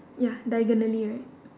ya diagonally right